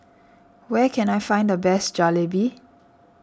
where can I find the best Jalebi